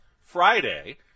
Friday –